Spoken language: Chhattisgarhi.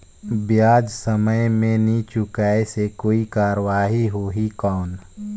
ब्याज समय मे नी चुकाय से कोई कार्रवाही होही कौन?